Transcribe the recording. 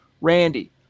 Randy